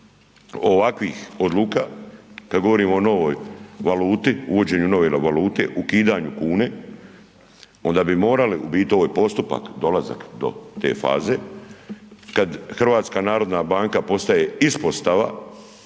ovakvih odluka, kad govorimo o novoj valuti, uvođenju nove valute, ukidanju kune, onda bi morali, u biti ovo je postupak, dolazak do te faze, kad HNB postaje ispostava